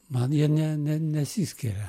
man jie ne ne nesiskiria